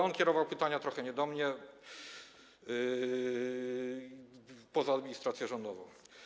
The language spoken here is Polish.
On kierował pytania trochę nie do mnie, poza administrację rządową.